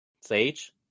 Sage